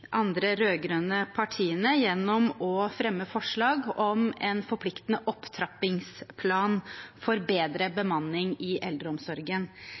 andre rød-grønne partiene, ved å fremme forslag om en forpliktende opptrappingsplan for bedre bemanning i eldreomsorgen.